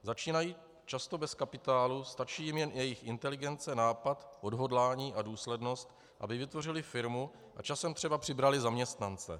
Začínají často bez kapitálu, stačí jim jen jejich inteligence, nápad, odhodlání a důslednost, aby vytvořili firmu a časem třeba přibrali zaměstnance.